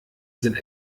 sind